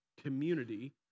community